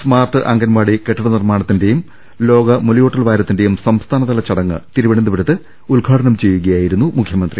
smart അംഗ്ന്റൻവാടി കെട്ടിട നിർമ്മാണ ത്തിന്റേയും ലോക മുലയൂട്ടൽ വാരത്തിന്റേയും സംസ്ഥാനതല ചടങ്ങ് തിരുവനന്തപുരത്ത് ഉദ്ഘാടനം ചെയ്യുകയായിരുന്നു മുഖ്യമന്ത്രി